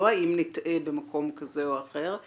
לא האם נטעה במקום כזה או אחר,